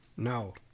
No